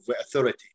authority